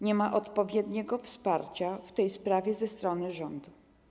Nie ma odpowiedniego wsparcia w tej sprawie ze strony rządu.